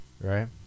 Right